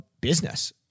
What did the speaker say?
business